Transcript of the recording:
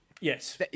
yes